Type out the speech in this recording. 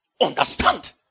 Understand